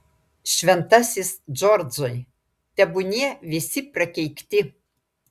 šventasis džordžai tebūnie visi prakeikti